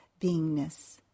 beingness